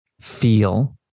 feel